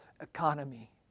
economy